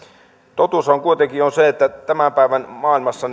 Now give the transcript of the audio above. totuus on kuitenkin se että tämän päivän maailmassa